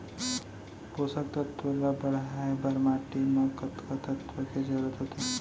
पोसक तत्व ला बढ़ाये बर माटी म कतका तत्व के जरूरत होथे?